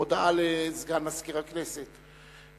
הודעה לסגן מזכירת הכנסת.